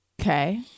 okay